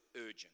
urgent